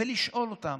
ולשאול אותם: